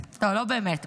לא, לא באמת.